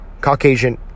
Caucasian